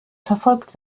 verfolgt